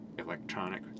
Electronic